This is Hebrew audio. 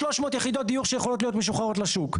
300 יחידות דיור שיכולות להיות משוחררות לשוק.